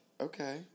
okay